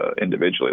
individually